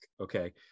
okay